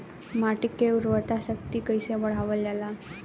माटी के उर्वता शक्ति कइसे बढ़ावल जाला?